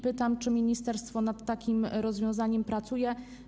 Pytam, czy ministerstwo nad takim rozwiązaniem pracuje.